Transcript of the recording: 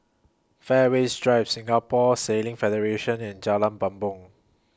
Fairways Drive Singapore Sailing Federation and Jalan Bumbong